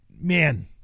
man